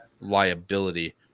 liability